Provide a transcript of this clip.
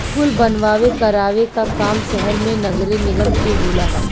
कुल बनवावे करावे क काम सहर मे नगरे निगम के होला